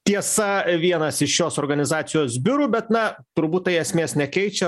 tiesa vienas iš šios organizacijos biurų bet na turbūt tai esmės nekeičia